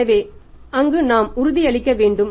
எனவே அங்கு நாம் உறுதி அளிக்க வேண்டும்